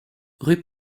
rue